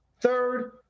third